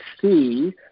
see